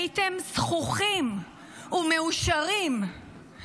הייתם זחוחים ומאושרים.